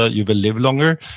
ah you will live longer,